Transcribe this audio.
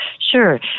Sure